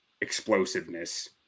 explosiveness